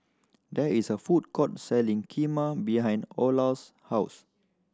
there is a food court selling Kheema behind Olar's house